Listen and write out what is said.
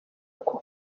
uko